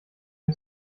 wir